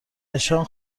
نشان